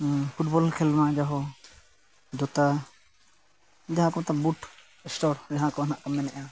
football ᱠᱷᱮᱞ ᱢᱟ ᱡᱟᱦᱟᱸ ᱡᱩᱛᱟ ᱡᱟᱦᱟᱸ ᱠᱚᱛᱮ ᱵᱩᱴ ᱡᱟᱦᱟᱸ ᱠᱚ ᱦᱟᱸᱜ ᱢᱮᱱᱮᱜᱼᱟ